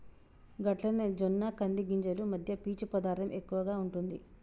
గట్లనే జొన్న కంది గింజలు మధ్య పీచు పదార్థం ఎక్కువగా ఉంటుంది